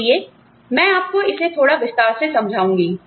इसलिए मैं आपको इसे थोड़ा विस्तार से समझाऊंगी